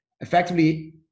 effectively